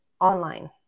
online